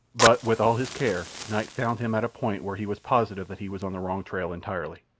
but, with all his care, night found him at a point where he was positive that he was on the wrong trail entirely.